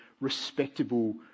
respectable